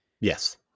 yes